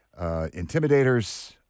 intimidators